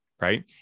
Right